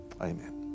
Amen